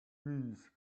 use